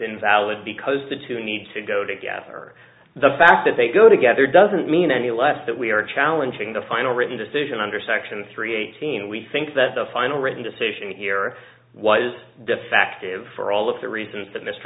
invalid because the two need to go together the fact that they go together doesn't mean any less that we are challenging the final written decision under section three eighteen we think that the final written decision here was defective for all of the reasons that mr